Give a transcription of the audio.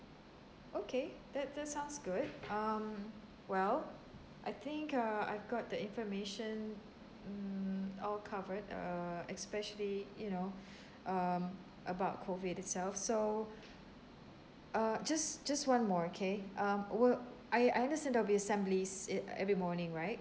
okay that that sounds good um well I think uh I've got the information mm all covered err especially you know um about COVID itself so uh just just one more okay um will I understand there will be assemblies every morning right